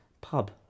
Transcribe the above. pub